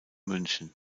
münchen